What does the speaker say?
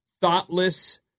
thoughtless